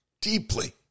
deeply